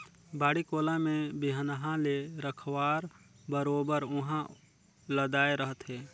बाड़ी कोला में बिहन्हा ले रखवार बरोबर उहां लदाय रहथे